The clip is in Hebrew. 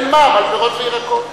אין מע"מ על פירות וירקות.